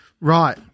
Right